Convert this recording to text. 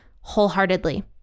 wholeheartedly